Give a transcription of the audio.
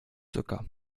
zucker